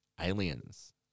Aliens